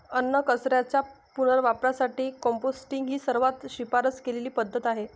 अन्नकचऱ्याच्या पुनर्वापरासाठी कंपोस्टिंग ही सर्वात शिफारस केलेली पद्धत आहे